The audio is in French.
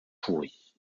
pourris